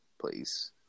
please